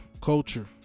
Culture